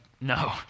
no